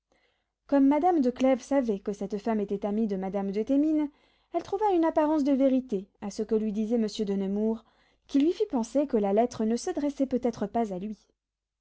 comme madame de clèves savait que cette femme était amie de madame de thémines elle trouva une apparence de vérité à ce que lui disait monsieur de nemours qui lui fit penser que la lettre ne s'adressait peut être pas à lui